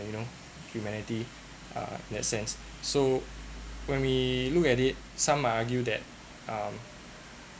you know humanity uh that sense so when we look at it some argued that um